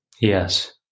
Yes